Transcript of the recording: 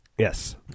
Yes